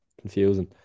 Confusing